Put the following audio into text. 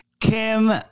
Kim